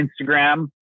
instagram